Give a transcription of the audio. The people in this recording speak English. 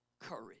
courage